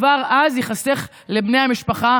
כבר אז ייחסכו לבני המשפחה